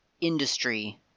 industry